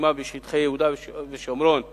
לחימה בשטחי יהודה ושומרון ורצועת-עזה.